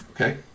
Okay